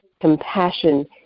compassion